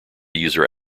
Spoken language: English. user